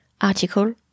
article